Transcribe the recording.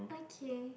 okay